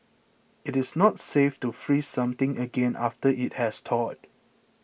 it is not safe to freeze something again after it has thawed